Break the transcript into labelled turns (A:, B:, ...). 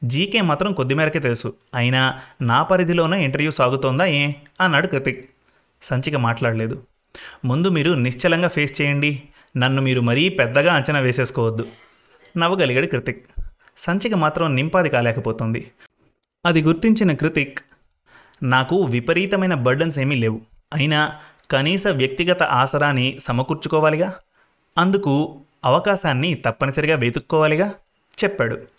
A: GK మాత్రం కొద్ది మేరకే తెలుసు. అయినా నా పరిధిలోనే ఇంటర్వ్యూ సాగుతోందా ఏ? అన్నాడు కృతిక్. సంచిక మాట్లాడలేదు. "ముందు మీరు నిశ్చలంగా face చేయండి. నన్ను మీరు మరీ పెద్దగా అంచనా వేసేసుకోవద్దు." నవ్వగలిగాడు కృతిక్. సంచిక మాత్రం నింపాది కాలేకపోతుంది. అది గుర్తించిన కృతిక్, "నాకు విపరీతమైన burdens ఏమీ లేవు. అయినా కనీస వ్యక్తిగత ఆసరాని సమకూర్చుకోవాలిగా? అందుకు అవకాశాన్ని తప్పనిసరిగా వెతుక్కోవాలిగా?" చెప్పాడు.